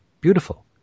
beautiful